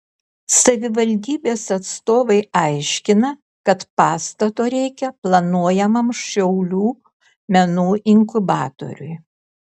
savivaldybės atstovai aiškina kad pastato reikia planuojamam šiaulių menų inkubatoriui